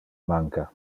manca